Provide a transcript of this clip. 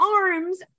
arms